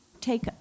take